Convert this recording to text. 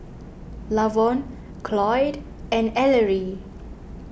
Lavon Cloyd and Ellery